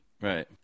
Right